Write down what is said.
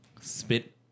spit